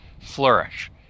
flourish